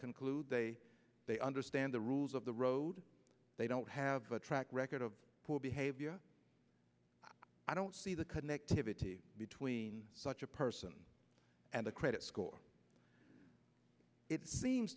conclude they they understand the rules of the road they don't have a track record of poor behavior i don't see the connectivity between such a person and a credit score it seems